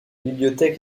bibliothèque